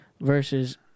versus